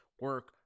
Work